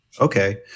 Okay